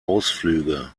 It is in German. ausflüge